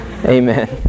Amen